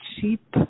cheap